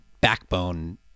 backbone